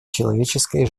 человеческой